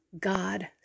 God